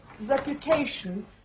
reputation